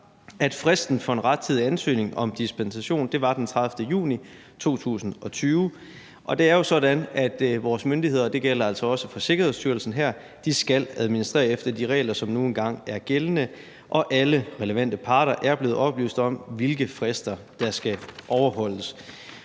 at fristen for en rettidig ansøgning om dispensation var den 30. juni 2020. Og det er jo sådan, at vores myndigheder – og det gælder altså også her for Sikkerhedsstyrelsen – skal administrere efter de regler, som nu engang er gældende, og alle relevante parter er blevet oplyst om, hvilke frister der skal overholdes.